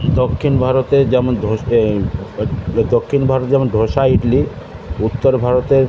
দক্ষিণ ভারতে যেমন ধোস এ দক্ষিণ ভারতে যেমন ধোসা ইডলি উত্তর ভারতে